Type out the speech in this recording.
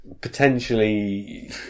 potentially